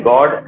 God